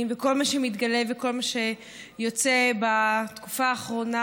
וכל מה שמתגלה וכל מה שיוצא בתקופה האחרונה,